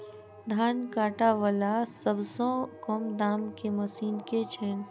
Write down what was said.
धान काटा वला सबसँ कम दाम केँ मशीन केँ छैय?